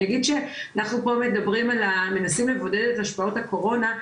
אני אגיד שאנחנו פה מנסים לבודד את השפעות הקורונה,